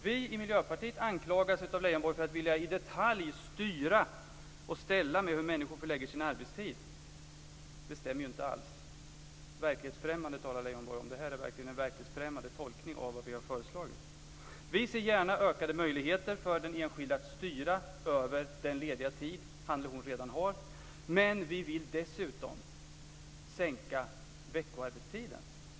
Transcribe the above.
Vi i Miljöpartiet anklagas av Leijonborg för att vilja i detalj styra och ställa med hur människor förlägger sin arbetstid. Det stämmer inte alls. Leijonborg talar om att det är verklighetsfrämmande. Det här är verkligen en verklighetsfrämmande tolkning av vad vi har föreslagit. Vi ser gärna ökade möjligheter för den enskilda att styra över den lediga tid han eller hon redan har. Men vi vill dessutom sänka veckoarbetstiden.